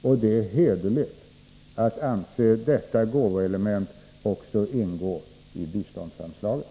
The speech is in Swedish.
Det är därför hederligt att anse att också detta gåvoelement ingår i biståndsanslaget.